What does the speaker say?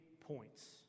points